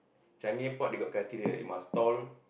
Changi Airport they got criteria they must tall